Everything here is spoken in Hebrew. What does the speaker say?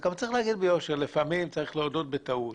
גם צריך להגיד ביושר, לפעמים צריך להודות בטעות.